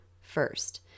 first